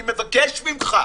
אני מבקש ממך,